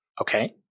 Okay